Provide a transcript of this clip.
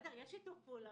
הוא היה אומר תמיד: